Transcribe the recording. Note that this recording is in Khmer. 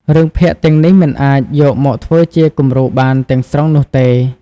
រឿងភាគទាំងនេះមិនអាចយកមកធ្វើជាគំរូបានទាំងស្រុងនោះទេ។